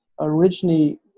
Originally